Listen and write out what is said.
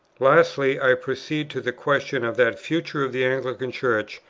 lastly, i proceeded to the question of that future of the anglican church,